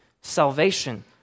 salvation